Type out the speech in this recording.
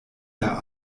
der